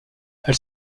elle